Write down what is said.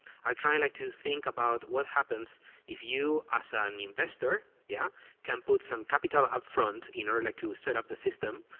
are trying like to think about what happens if you as ah an investor yeah can put some capital up front in order like to set up the system,